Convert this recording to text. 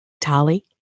Tali